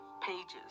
pages